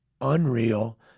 unreal